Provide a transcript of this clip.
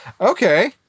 Okay